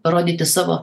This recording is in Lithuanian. rodyti savo